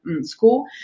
school